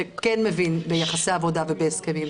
שכן מבין ביחסי עבודה ובהסכמים.